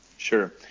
Sure